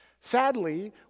Sadly